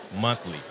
monthly